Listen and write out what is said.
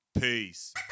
Peace